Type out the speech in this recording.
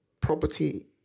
property